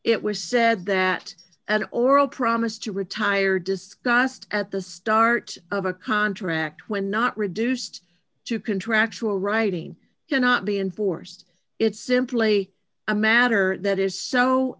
it was said that at oral promise to retire disgust at the start of a contract when not reduced to contractual writing cannot be enforced it's simply a matter that is so